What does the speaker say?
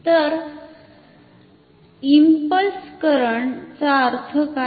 तर impulse current चा अर्थ काय